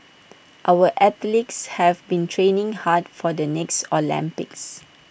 our athletes have been training hard for the next Olympics